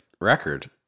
record